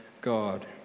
God